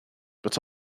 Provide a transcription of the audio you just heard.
but